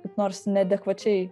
kaip nors neadekvačiai